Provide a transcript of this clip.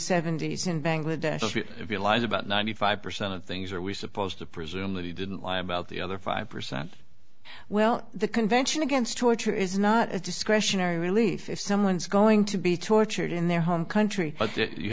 seventy's in bangladesh if you lies about ninety five percent of things are we supposed to presume that he didn't lie about the other five percent well the convention against torture is not a discretionary relief if someone's going to be tortured in their home country but you